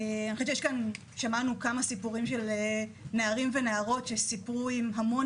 אני חושבת שיש כאן נערים ונערות שסיפרו עם המון